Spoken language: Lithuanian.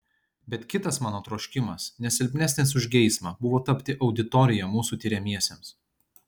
bet kitas mano troškimas ne silpnesnis už geismą buvo tapti auditorija mūsų tiriamiesiems